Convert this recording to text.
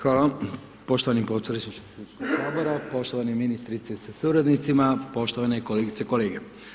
Hvala poštovani podpredsjedniče Hrvatskog sabora, poštovana ministrice sa suradnicima, poštovane kolegice i kolege.